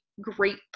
great